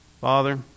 Father